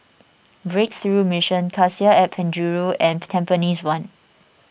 Breakthrough Mission Cassia at Penjuru and Tampines one